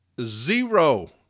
zero